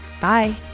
Bye